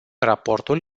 raportul